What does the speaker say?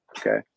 Okay